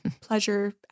pleasure